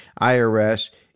IRS